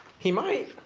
he might.